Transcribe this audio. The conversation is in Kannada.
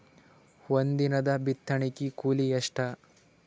ಒಂದಿನದ ಬಿತ್ತಣಕಿ ಕೂಲಿ ಎಷ್ಟ?